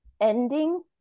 ending